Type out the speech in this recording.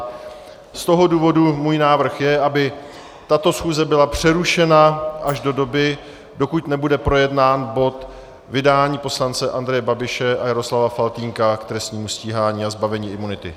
Z toho důvodu můj návrh je, aby tato schůze byla přerušena až do doby, dokud nebude projednán bod vydání poslance Andreje Babiše a Jaroslava Faltýnka k trestnímu stíhání a zbavení imunity.